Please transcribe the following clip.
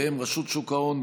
והם רשות שוק ההון,